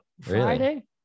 Friday